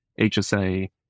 HSA